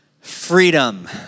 Freedom